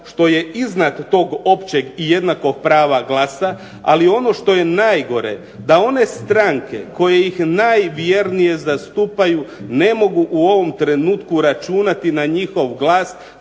što je iznad toga općeg i jednakog prava glasa, ali ono što je najgore da one stranke koje ih najvjernije zastupaju ne mogu u ovom trenutku računati na njihov glas.